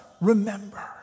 remember